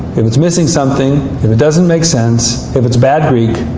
if it's missing something, if it doesn't make sense, if it's bad greek,